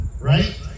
right